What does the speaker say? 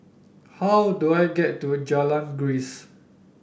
how do I get to Jalan Grisek